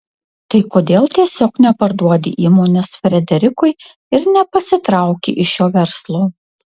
tai kodėl tiesiog neparduodi įmonės frederikui ir nepasitrauki iš šio verslo